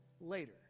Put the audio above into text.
later